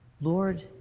Lord